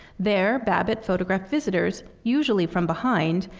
there, babbitt photographed visitors, usually from behind,